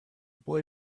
boy